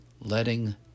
letting